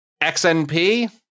XNP